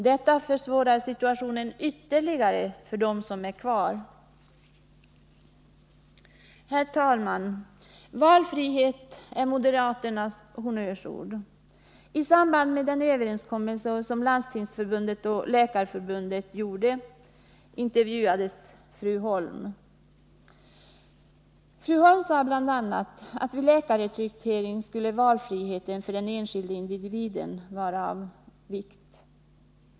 Detta försvårar situationen ytterligare för dem som är kvar. Herr talman! Valfrihet är moderaternas honnörsord. I samband med den 25 att förbättra läkartillgången i skogslänen överenskommelse som Landstingsförbundet och Läkarförbundet träffade intervjuades fru Holm. Hon sade bl.a. att vid läkarrekrytering skulle valfriheten för den enskilde individen vara av vikt.